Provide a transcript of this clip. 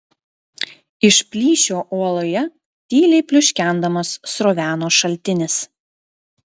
iš plyšio uoloje tyliai pliuškendamas sroveno šaltinis